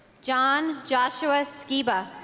john joshua skiba